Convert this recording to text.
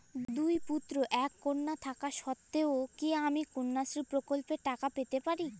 দুই পুত্র এক কন্যা থাকা সত্ত্বেও কি আমি কন্যাশ্রী প্রকল্পে টাকা পেতে পারি?